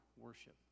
worship